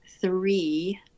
three